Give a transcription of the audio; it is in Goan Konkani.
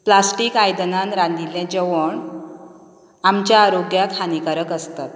प्लास्टीक आयदनांत रांदिल्ले जेवण आमच्या आरोग्यांक हानिकारक आसता